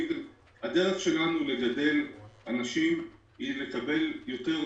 הדרך שלנו לגדל אנשים, היא לקבל יותר סטז'רים,